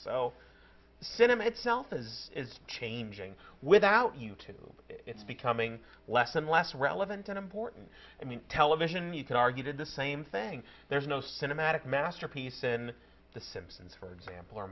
cinema itself is changing without you tube it's becoming less and less relevant and important i mean television you could argue did the same thing there's no cinematic masterpiece in the simpsons for example or